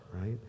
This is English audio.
right